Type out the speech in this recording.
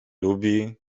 lubi